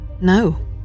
No